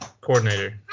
coordinator